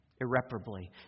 irreparably